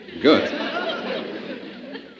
Good